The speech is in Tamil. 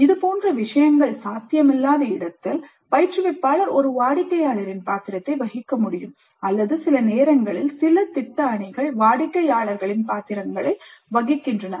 இதுபோன்ற விஷயங்கள் சாத்தியமில்லாத இடத்தில் பயிற்றுவிப்பாளர் ஒரு வாடிக்கையாளரின் பாத்திரத்தை வகிக்க முடியும் அல்லது சில நேரங்களில் சில திட்ட அணிகள் வாடிக்கையாளர்களின் பாத்திரங்களை வகிக்கின்றன